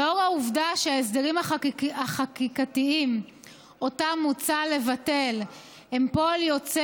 לאור העובדה שההסדרים החקיקתיים שמוצע לבטל הם פועל יוצא